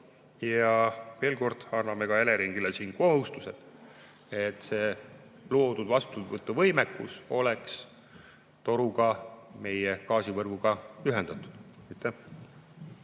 Ja veel kord, anname ka Eleringile siin kohustuse, et loodud vastuvõtuvõimekus oleks toruga meie gaasivõrguga ühendatud.